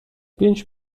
pięć